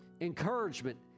Encouragement